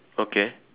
okay